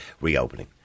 reopening